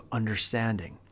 understanding